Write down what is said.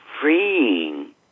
freeing